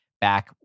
back